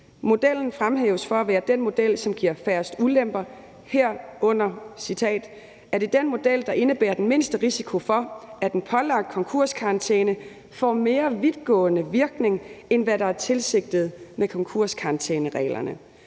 Modellen fremhæves for at være den model, som giver færrest ulemper, herunder at det er »den af modellerne, der indebærer den mindste risiko for, at en pålagt konkurskarantæne får mere vidtgående virkning, end hvad der er tilsigtet med karantænereglerne«.